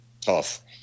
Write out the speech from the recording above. tough